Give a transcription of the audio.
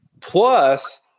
plus